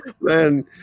Man